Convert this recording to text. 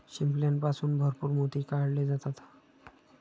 शिंपल्यापासून भरपूर मोती काढले जातात